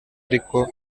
ariko